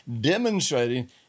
demonstrating